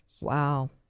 Wow